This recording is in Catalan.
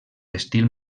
estil